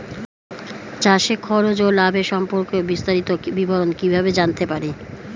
চাষে খরচ ও লাভের সম্পর্কে বিস্তারিত বিবরণ কিভাবে জানতে পারব?